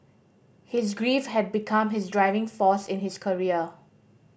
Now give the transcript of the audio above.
his grief had become his driving force in his career